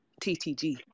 TTG